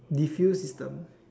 diffuse system